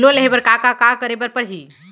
Loan लेहे बर का का का करे बर परहि?